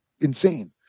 insane